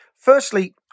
Firstly